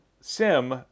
Sim